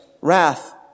Wrath